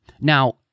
Now